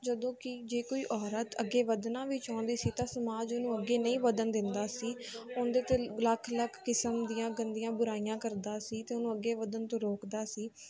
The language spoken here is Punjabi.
ਜਦੋਂ ਕਿ ਜੇ ਕੋਈ ਔਰਤ ਅੱਗੇ ਵਧਣਾ ਵੀ ਚਾਹੁੰਦੀ ਸੀ ਤਾਂ ਸਮਾਜ ਉਹਨੂੰ ਅੱਗੇ ਨਹੀਂ ਵਧਣ ਦਿੰਦਾ ਸੀ ਉਹਦੇ 'ਤੇ ਲੱਖ ਲੱਖ ਕਿਸਮ ਦੀਆਂ ਗੰਦੀਆਂ ਬੁਰਾਈਆਂ ਕਰਦਾ ਸੀ ਅਤੇ ਉਹਨੂੰ ਅੱਗੇ ਵਧਣ ਤੋਂ ਰੋਕਦਾ ਸੀ